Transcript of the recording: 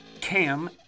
Cam